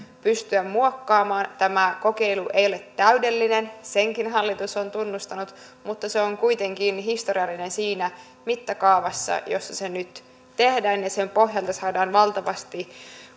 pystyä muokkaamaan tämä kokeilu ei ole täydellinen senkin hallitus on tunnustanut mutta se on kuitenkin historiallinen siinä mittakaavassa jossa se nyt tehdään ja sen pohjalta saadaan valtavasti